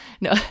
No